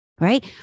right